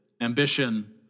ambition